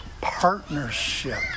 partnership